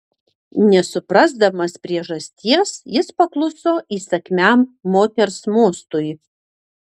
nesuprasdamas priežasties jis pakluso įsakmiam moters mostui